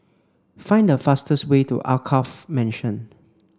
find the fastest way to Alkaff Mansion